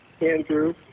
Andrew